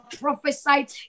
prophesied